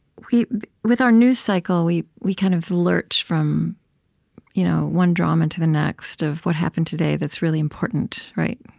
with our news cycle, we we kind of lurch from you know one drama to the next of what happened today that's really important, right?